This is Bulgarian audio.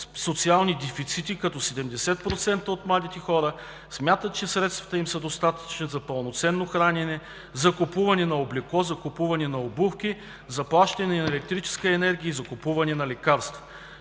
социални дефицити, като 70% от младите хора смятат, че средствата им са достатъчни за пълноценно хранене, закупуване на облекло, закупуване на обувки, заплащане на електрическа енергия и закупуване на лекарства.